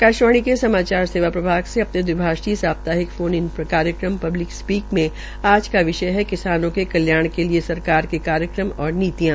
आकाशवाणी के समाचार सेवा प्रभाग से अपने द्विभाषीय साप्ताहिक फोन इन कार्यक्रम पब्लिक स्पीक में आज का विषय है किसानों के कल्याण के लिये सरकार के कार्यक्रम और नीतियां